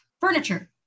Furniture